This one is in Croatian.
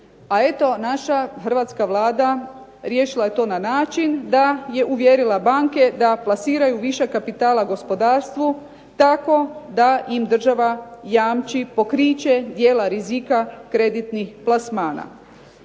a eto naša hrvatska Vlada riješila je to na način da je uvjerila banke da plasiraju višak kapitala gospodarstvu tako da im država jamči pokriće dijela rizika kreditnih plasmana.